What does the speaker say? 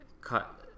cut